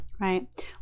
right